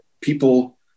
people